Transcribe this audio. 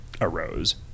arose